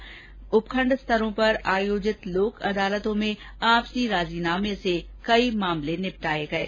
वहीं उपखंड स्तरों पर आयोजित लोक अदालतों में आपसी राजीनामे से कई मामले निपटाये गये